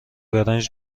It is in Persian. برنج